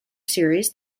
series